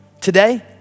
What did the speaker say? Today